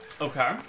Okay